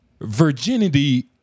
virginity